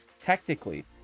technically